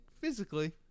physically